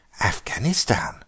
Afghanistan